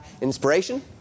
inspiration